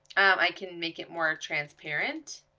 i can make it more transparent.